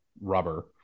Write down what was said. rubber